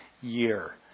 year